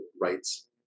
rights